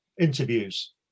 interviews